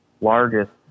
largest